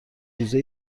روزه